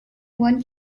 one